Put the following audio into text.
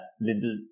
little